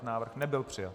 Návrh nebyl přijat.